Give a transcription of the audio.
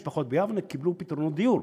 משפחות ביבנה קיבלו פתרונות דיור.